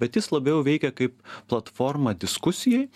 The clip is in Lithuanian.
bet jis labiau veikia kaip platforma diskusijai